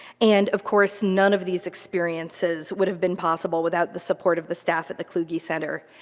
and of course, none of these experiences would have been possible without the support of the staff at the kluge center,